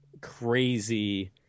crazy